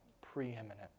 preeminent